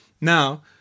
now